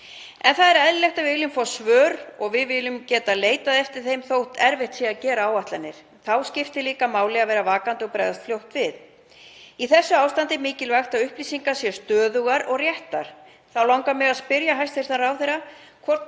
En það er eðlilegt að við viljum fá svör og við viljum geta leitað eftir þeim þótt erfitt sé að gera áætlanir. Þá skiptir líka máli að vera vakandi og bregðast fljótt við. Í þessu ástandi er mikilvægt að upplýsingar séu stöðugar og réttar. Þá langar mig að spyrja hæstv. ráðherra hvort